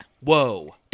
whoa